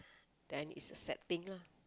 then it's a sad thing lah